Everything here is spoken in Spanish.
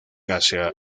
hacia